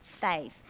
faith